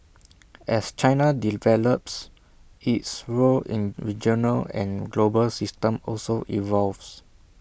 as China develops its role in regional and global system also evolves